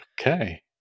Okay